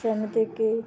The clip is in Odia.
ଯେମିତି କି